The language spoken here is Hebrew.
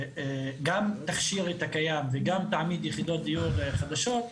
שגם תכשיר את הקיים וגם תעמיד יחידות דיור חדשות,